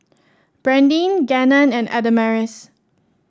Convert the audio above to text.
Brandyn Gannon and Adamaris